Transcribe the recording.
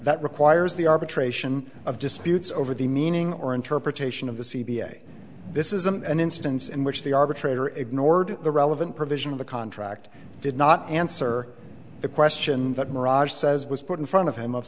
that requires the arbitration of disputes over the meaning or interpretation of the c b i this is an instance in which the arbitrator ignored the relevant provision of the contract did not answer the question that mirage says was put in front of him of